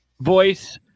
voice